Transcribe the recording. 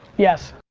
yes.